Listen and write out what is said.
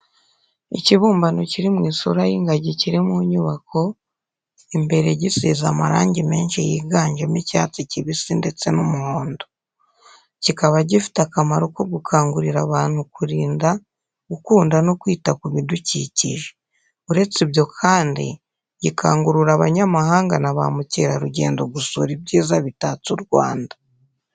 Ikibumbano kiri mu isura y'ingagi kiri mu nyubako imbere gisize amarangi menshi yiganjemo icyatsi kibisi ndetse n'umuhondo. Kikaba gifite akamaro ko gukangurira abantu kurinda, gukunda no kwita ku bidukikije. Uretse ibyo kandi, gikangurira abanyamahanga na ba mukerarugendo gusura ibyiza bitatse u Rwanda.